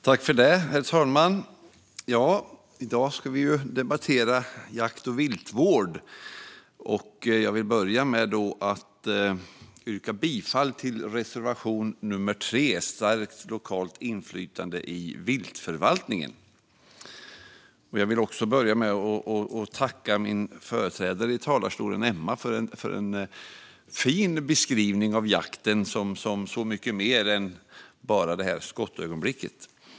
Herr talman! I dag ska vi debattera jakt och viltvård. Jag vill börja med att yrka bifall till reservation nummer 3, Stärkt lokalt inflytande i viltförvaltningen. Jag vill också tacka min företrädare i talarstolen, Emma Nohrén, för en fin beskrivning av jakten som så mycket mer än bara skottögonblicket.